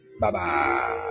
Bye-bye